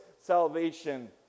salvation